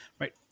right